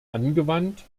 angewandt